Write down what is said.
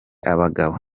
abagabo